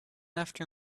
after